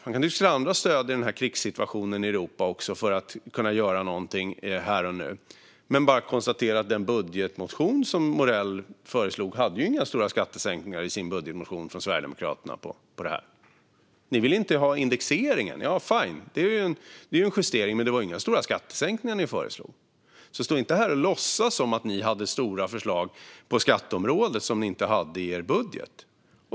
Man kan diskutera också andra stöd i denna krigssituation i Europa för att kunna göra någonting här och nu. Jag konstaterar dock att budgetmotionen från Morell och Sverigedemokraterna inte innehöll några stora skattesänkningar på detta område. Ni ville inte ha indexeringen. Fine , det är ju en justering, men det var inga stora skattesänkningar ni föreslog. Stå alltså inte här och låtsas som att ni hade stora förslag på skatteområdet som ni inte hade i er budget!